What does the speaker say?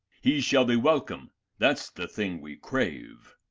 he shall be welcome that's the thing we crave.